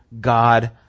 God